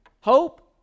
Hope